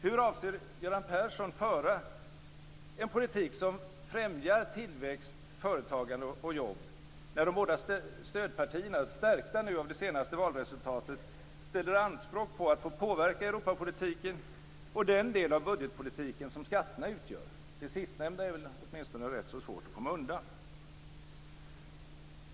Hur avser Göran Persson föra en politik som främjar tillväxt, företagande och jobb, när de båda stödpartierna stärkta av det senaste valresultatet ställer anspråk på att få påverka Europapolitiken och den del av budgetpolitiken som skatterna utgör? Det sistnämnda är väl åtminstone rätt svårt att komma undan.